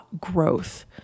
growth